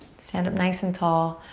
stand up nice and tall.